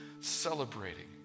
celebrating